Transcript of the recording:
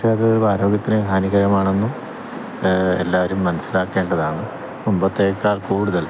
പക്ഷെ അത് ആരോഗ്യത്തിന് ഹാനികരമാണെന്നും എല്ലാവരും മനസ്സിലാക്കേണ്ടതാണ് മുമ്പത്തെക്കാൾ കൂടുതൽ